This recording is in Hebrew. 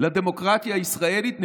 לדמוקרטיה הישראלית.